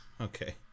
okay